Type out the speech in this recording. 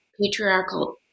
patriarchal